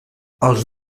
els